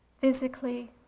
physically